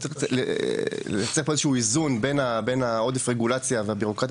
אבל צריך איזשהו איזון בין עודף הרגולציה והבירוקרטיה